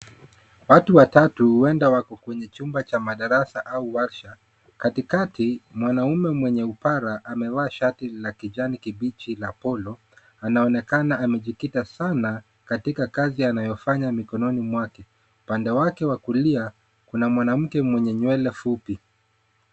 Watu watatu huenda wapo kwenye chumba cha madarasa au warsha. Katikati, mwanamume mwenye upara amevaa shati la kijani kibichi la polo, anaonekana amejikita sana katika kazi anayofanya mikononi mwake, upande wake wa kulia, kuna mwanamke mwenye nywele fupi.